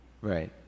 Right